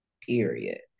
period